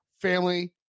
family